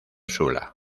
sula